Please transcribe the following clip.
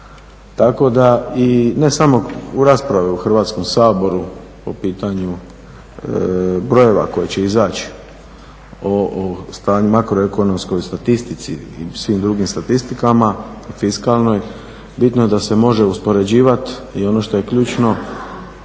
Tako da i, ne samo rasprave u Hrvatskom saboru po pitanju brojeva koji će izaći o stanju, makroekonomskoj statistici i svim drugim statistikama i fiskalnoj, bitno je da se može uspoređivati i ono što je ključno